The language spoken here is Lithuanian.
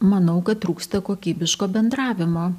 manau kad trūksta kokybiško bendravimo